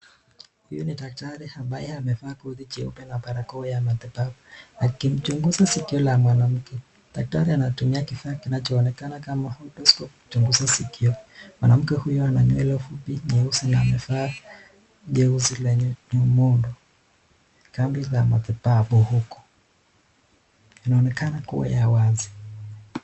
Huyu ni daktari ambaye amevaa koti jeupe na barakoa ya matibabu akichunguza sikio la mwanamke. Daktari anatumia kifaa kinacho onekana kama odocope kuchunguza sikio. kwa maskia. Mwanamke huyu ananywele fupi nyeusi na amevaa jeusi lenye [cs)new model(cs]. Anaonekana kua ya wazi.